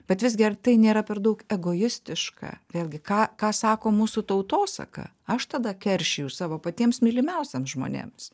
bet visgi ar tai nėra per daug egoistiška vėlgi ką ką sako mūsų tautosaka aš tada keršiju už savo patiems mylimiausiem žmonėms